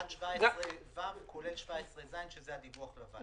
עד סעיף 17ו, כולל 17ז, שזה הדיווח לוועדה.